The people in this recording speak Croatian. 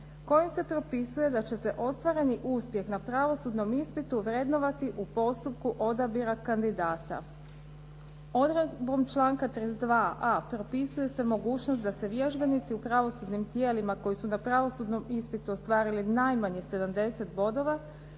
kojim se propisuje da će se ostvareni uspjeh na pravosudnom ispitu vrednovati u postupku odabira kandidata. Odredbom članka 32. a propisuje se mogućnost da se vježbenici u pravosudnim tijelima koji su na pravosudnom ispitu ostvarili najmanje 70 bodova